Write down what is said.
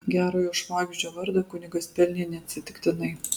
gerojo švagždžio vardą kunigas pelnė neatsitiktinai